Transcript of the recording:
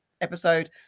episode